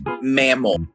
mammal